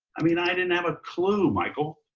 i mean, i didn't have a clue, michael.